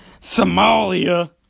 Somalia